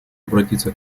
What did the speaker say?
обратиться